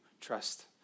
trust